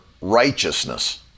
righteousness